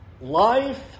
life